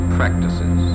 practices